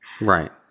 right